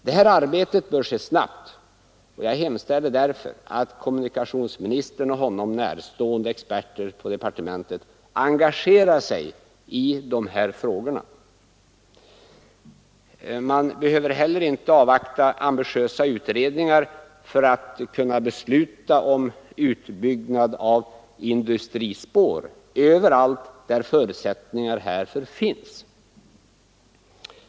Det arbetet bör ske snabbt, och jag hemställer därför att kommunikationsministern och honom närstående experter på departementet engagerar sig i dessa frågor. Man behöver inte heller avvakta ambitiösa utredningars resultat för att kunna besluta om utbyggnad av industrispår överallt där förutsättningar härför finns.